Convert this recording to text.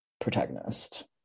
protagonist